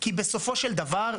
כי בסופו של דבר,